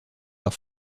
leur